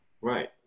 Right